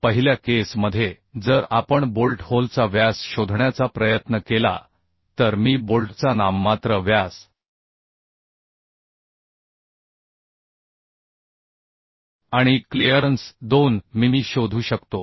तर पहिल्या केस मध्ये जर आपण बोल्ट होलचा व्यास शोधण्याचा प्रयत्न केला तर मी बोल्टचा नाममात्र व्यास आणि क्लिअरन्स 2 मिमी शोधू शकतो